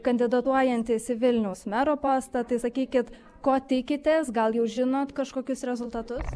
kandidatuojantis į vilniaus mero postą tai sakykit ko tikitės gal jau žinot kažkokius rezultatus